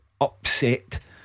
upset